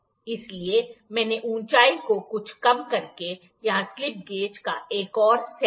इसलिए मैंने ऊंचाई को कुछ कम करके यहां स्लिप गेज का एक और सेट बनाया है